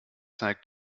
zeigt